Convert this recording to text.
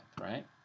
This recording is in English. right